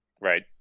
Right